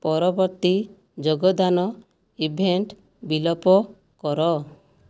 ପରବର୍ତ୍ତୀ ଯୋଗଦାନ ଇଭେଣ୍ଟ ବିଲୋପ କର